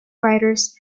writers